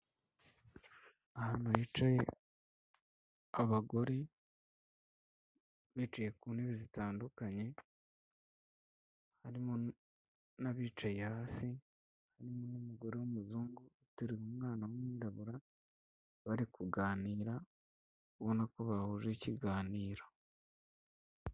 Ahantu hicaye abagore bicaye ku ntebe zitandukanye harimo n'abicaye hasi, harimo n'umugore w'umuzungu aterura umwana w'umwirabura bari kuganira ubona ko bahuje ikiganiro.